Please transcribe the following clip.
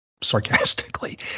sarcastically